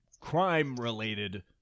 crime-related